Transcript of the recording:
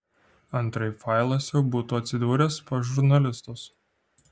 antraip failas jau būtų atsidūręs pas žurnalistus